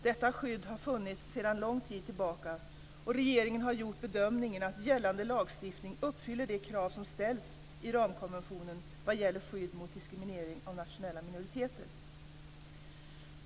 Detta skydd har funnits sedan lång tid tillbaka, och regeringen har gjort bedömningen att gällande lagstiftning uppfyller de krav som ställs i ramkonventionen vad gäller skydd mot diskriminering av nationella minoriteter.